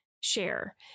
share